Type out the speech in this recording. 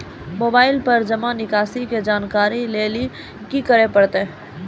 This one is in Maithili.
मोबाइल पर जमा निकासी के जानकरी लेली की करे परतै?